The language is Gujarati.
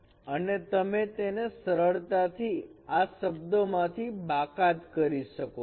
અને તમે તેને સરળતાથી આ શબ્દમાંથી બાકાત કરી શકો છો